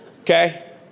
okay